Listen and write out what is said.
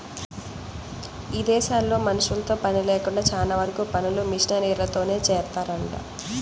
ఇదేశాల్లో మనుషులతో పని లేకుండా చానా వరకు పనులు మిషనరీలతోనే జేత్తారంట